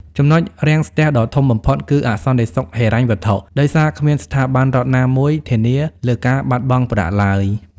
ចំណុចរាំងស្ទះដ៏ធំបំផុតគឺ "អសន្តិសុខហិរញ្ញវត្ថុ" ដោយសារគ្មានស្ថាប័នរដ្ឋណាមួយធានាលើការបាត់បង់ប្រាក់ឡើយ។